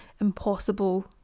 impossible